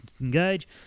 engage